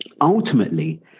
Ultimately